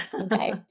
Okay